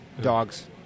Dogs